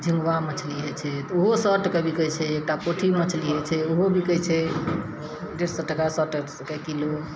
झिन्गुआ मछली हइ छै तऽ ओहो सए टके बिकै छै एकटा पोठी मछली होइ छै ओहो बिकै छै डेढ़ सए टका सए टके किलो